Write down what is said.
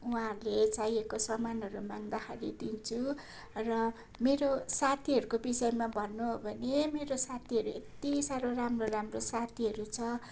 उहाँहरूले चाहिएको सामानहरू माग्दाखेरि दिन्छु र मेरो साथीहरूको विषयमा भन्नु हो भने मेरो साथीहरू यत्ति साह्रो राम्रो राम्रो साथीहरू छ